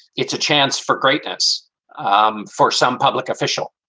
it's a chance for greatness um for some public official.